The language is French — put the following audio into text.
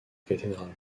cathédrale